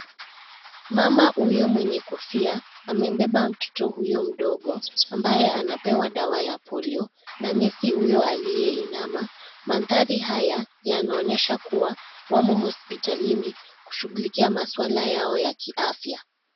Mama huyo mwenye kofia amembeba mtoto huyo mdogo, ambaye anapewa dawa ya polio, na nesi uyo aliyeinama, mandhari haya yanaonyesha kuwa wamoh hospitalini kushugulikia maswala yao ya kiafya.